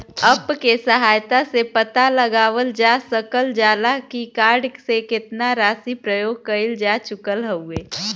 app के सहायता से पता लगावल जा सकल जाला की कार्ड से केतना राशि प्रयोग कइल जा चुकल हउवे